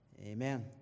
Amen